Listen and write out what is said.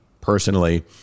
Personally